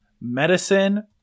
Medicine